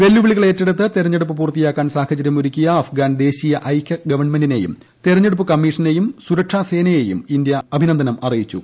വെല്ലുവിളികൾ ഏറ്റെടുത്ത് തെരരഞ്ഞെടുപ്പു പൂർത്തിയാക്കാൻ സാഹചര്യമൊരുക്കിയ അഫ്ഗാൻ ദേശീയ ഐകൃ ഗവൺമെന്റിനേയും തെരഞ്ഞെടുപ്പ് കമ്മീഷനെയും സൂരക്ഷാ സേനയേയും ഇന്ത്യ അഭിനന്ദനം അറിയിച്ചു